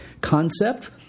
concept